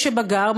כשבגר,